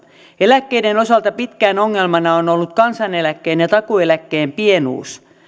eläkkeiden osalta pitkään ongelmana on ollut kansaneläkkeen ja takuueläkkeen pienuus